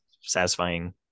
satisfying